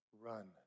run